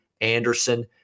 Anderson